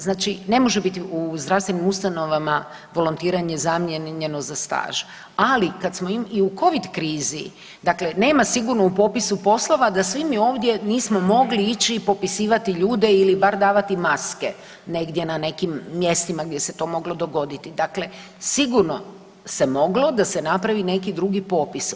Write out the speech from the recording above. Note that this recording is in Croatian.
Znači ne može biti u zdravstvenim ustanovama volontiranje zamijenjeno za staž, ali i u covid krizi dakle nema sigurno u popisu poslova da svi mi ovdje nismo mogli ići i popisivati ljude ili bar davati maske negdje na nekim mjestima gdje se to moglo dogoditi, sigurno se moglo da se napravi neki drugi popis.